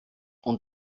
und